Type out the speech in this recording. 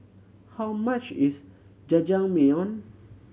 how much is Jajangmyeon